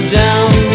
down